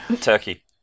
Turkey